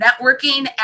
networking